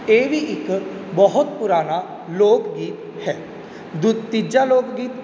ਇਹ ਵੀ ਇੱਕ ਬਹੁਤ ਪੁਰਾਣਾ ਲੋਕ ਗੀਤ ਹੈ ਦੂ ਤੀਜਾ ਲੋਕ ਗੀਤ